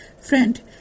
Friend